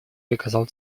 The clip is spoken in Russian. приказал